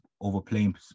overplaying